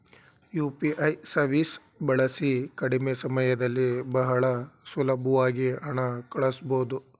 UPI ಸವೀಸ್ ಬಳಸಿ ಕಡಿಮೆ ಸಮಯದಲ್ಲಿ ಬಹಳ ಸುಲಬ್ವಾಗಿ ಹಣ ಕಳಸ್ಬೊದು